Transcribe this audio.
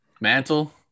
Mantle